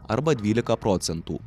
arba dvylika procentų